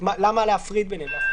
למה להפריד ביניהם?